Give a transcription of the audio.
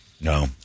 No